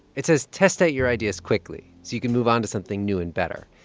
it says test out your ideas quickly so you can move on to something new and better.